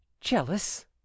Jealous